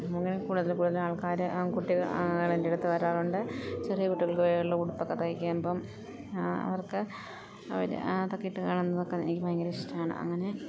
ഇങ്ങനെ കൂടുതലും കൂടുതലും ആൾക്കാർ കുട്ടികൾ എന്റെ അടുത്ത് വരാറുണ്ട് ചെറിയ കുട്ടികൾക്കായുള്ള ഉടുപ്പൊക്കെ തയ്ക്കുമ്പം അവർക്ക് അവർ അതൊക്കെ ഇട്ട് കാണുന്നത് ഒക്കെ എനിക്ക് ഭയങ്കര ഇഷ്ടമാണ് അങ്ങനെ